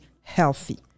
healthy